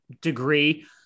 degree